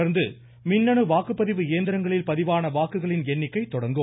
தொடர்ந்து மின்னணு வாக்குப்பதிவு இயந்திரங்களில் பதிவான வாக்குகளின் எண்ணிக்கை தொடங்கும்